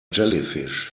jellyfish